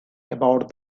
about